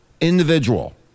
individual